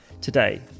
today